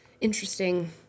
interesting